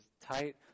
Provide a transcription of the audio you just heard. tight